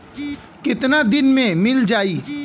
कितना दिन में मील जाई?